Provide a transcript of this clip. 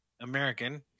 American